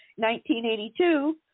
1982